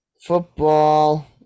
football